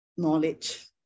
knowledge